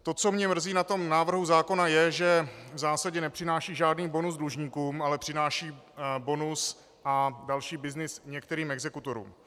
To, co mě mrzí na návrhu zákona, je, že v zásadě nepřináší žádný bonus dlužníkům, ale přináší bonus a další byznys některým exekutorům.